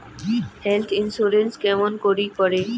Health insurance কেমন করি করে?